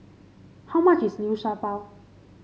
how much is Liu Sha Bao